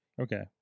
Okay